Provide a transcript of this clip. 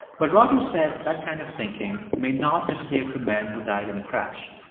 but roger says that kind of thinking may not have saved the man who died in the crash.